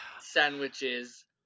sandwiches